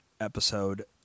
episode